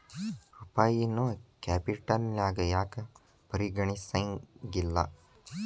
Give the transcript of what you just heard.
ರೂಪಾಯಿನೂ ಕ್ಯಾಪಿಟಲ್ನ್ಯಾಗ್ ಯಾಕ್ ಪರಿಗಣಿಸೆಂಗಿಲ್ಲಾ?